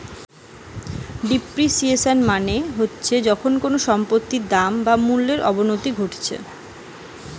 depreciation মানে হতিছে যখন কোনো সম্পত্তির দাম বা মূল্যর অবনতি ঘটতিছে